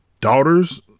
daughters